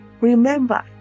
remember